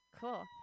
Cool